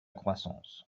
croissance